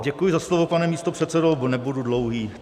Děkuji za slovo, pane místopředsedo, nebudu dlouhý.